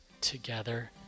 together